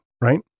Right